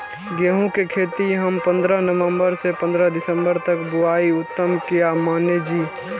गेहूं के खेती हम पंद्रह नवम्बर से पंद्रह दिसम्बर तक बुआई उत्तम किया माने जी?